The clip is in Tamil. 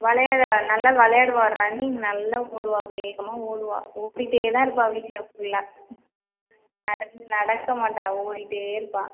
விளையாடு நல்லா விளையாடுவா ரன்னிங் நல்ல ஓடுவா வேகமாக ஓடுவா ஓடிட்டே தான் இருப்பா வீட்டில் ஃபுல்லாக நடந்து நடக்க மாட்டா ஓடிட்டே இருப்பா